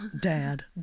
Dad